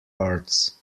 arts